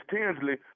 Tinsley